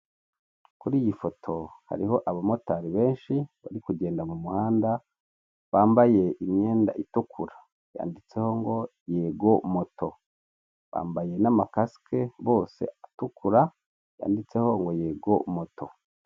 Kuri iyi foto hariho abamotari benshi bari kugenda mu muhanda, bambaye imyenda itukura yanditseho ngo Yego moto, bambaye n'amakasike bose atukura yanditseho ngo Yego moto.